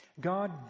God